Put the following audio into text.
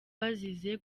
bazize